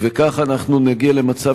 וכך אנחנו נגיע למצב